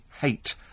hate